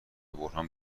بحرانی